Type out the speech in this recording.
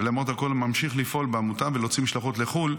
ולמרות הכול הוא ממשיך לפעול בעמותה ולהוציא משלחות לחו"ל,